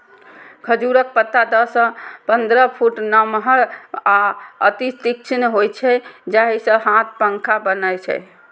खजूरक पत्ता दस सं पंद्रह फुट नमहर आ अति तीक्ष्ण होइ छै, जाहि सं हाथ पंखा बनै छै